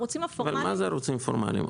מה זה ערוצים פורמליים?